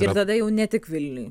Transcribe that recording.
ir tada jau ne tik vilniuj